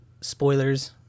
Spoilers